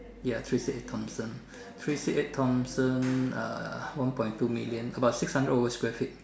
ya three six eight Thomson three six eight Thomson uh one point two million about six hundred over Square feet